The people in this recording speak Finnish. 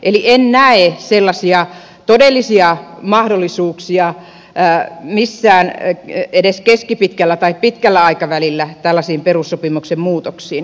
eli en näe sellaisia todellisia mahdollisuuksia missään edes keskipitkällä tai pitkällä aikavälillä tällaisiin perussopimuksen muutoksiin